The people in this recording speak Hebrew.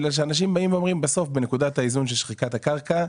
בגלל שאנשים באים ואומרים בסוף בנקודת האיזון של שחיקת הקרקע,